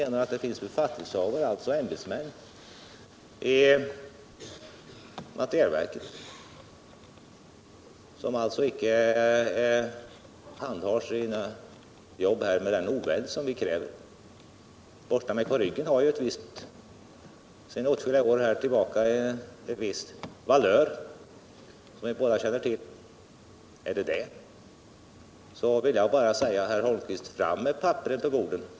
menar att det finns ämbetsmän i materielverket som icke handhar sina uppgifter med den oväld som vi kräver. Uttrycket borsta mig på ryggen har sedan åtskilliga år tillbaka en viss innebörd, som vi båda känner till. Är det detta herr Holmqvist menar så vill Jag bara säga till honom: Fram med papperen på bordet!